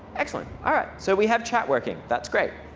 excellent. all right. so we have chat working. that's great.